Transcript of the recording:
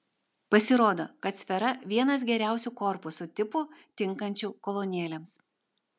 pasirodo kad sfera vienas geriausių korpusų tipų tinkančių kolonėlėms